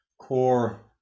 core